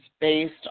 based